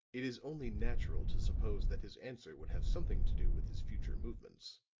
it is only natural to suppose that his answer would have something to do with his future movements.